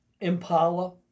Impala